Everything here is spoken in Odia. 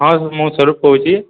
ହଁ ମୁଁ ସ୍ୱରୂପ କହୁଛି